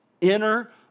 inner